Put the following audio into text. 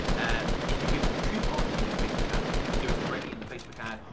and if you give them a coupon in your facebook ad, you can either do it directly in the facebook ad,